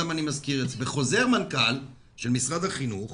בחוזר מנכ"ל של משרד החינוך